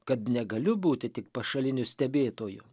kad negaliu būti tik pašaliniu stebėtoju